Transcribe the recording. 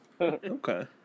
Okay